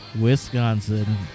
Wisconsin